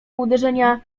uderzenia